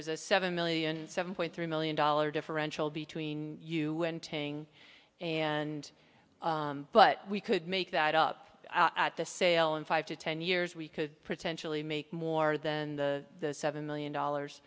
was a seven million seven point three million dollars differential between you and tang and but we could make that up at the sale in five to ten years we could potentially make more than the seven million dollars